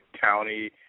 county